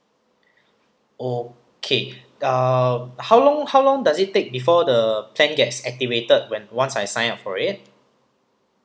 okay uh how long how long does it take before the plan gets activated when once I sign up for it